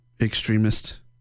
extremist